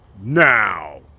Now